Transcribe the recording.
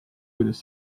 kuidas